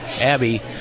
Abby